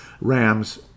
Rams